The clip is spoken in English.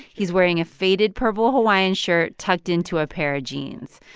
he's wearing a faded purple hawaiian shirt tucked into a pair of jeans.